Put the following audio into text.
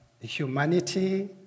humanity